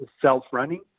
self-running